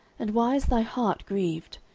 and why is thy heart grieved?